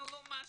לא מאשימים,